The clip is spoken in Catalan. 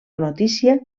notícia